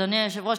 אדוני היושב-ראש,